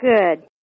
Good